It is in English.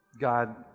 God